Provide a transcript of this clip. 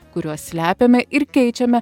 kuriuos slepiame ir keičiame